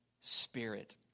spirit